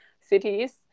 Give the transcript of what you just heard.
cities